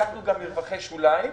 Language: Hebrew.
לקחנו גם מרווחי שוליים.